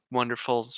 wonderful